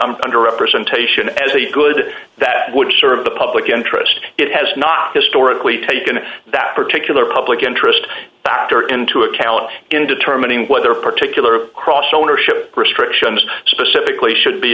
current under representation as a good that would serve the public interest it has not historically taken that particular public interest factor into account in determining whether particular cross ownership restrictions specifically should